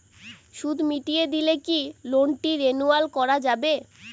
সুদ মিটিয়ে দিলে কি লোনটি রেনুয়াল করাযাবে?